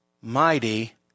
mighty